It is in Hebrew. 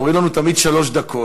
אומרים לנו תמיד: שלוש דקות.